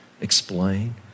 explain